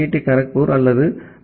D Kharagpur அல்லது ஐ